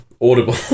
audible